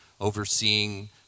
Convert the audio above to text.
overseeing